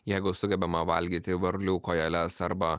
jeigu sugebame valgyti varlių kojeles arba